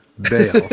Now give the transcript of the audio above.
bail